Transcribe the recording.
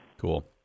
Cool